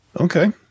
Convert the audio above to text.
Okay